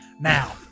now